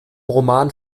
roman